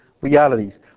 realities